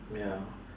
ya